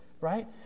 right